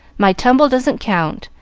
my tumble doesn't count,